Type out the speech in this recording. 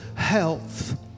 health